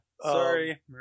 sorry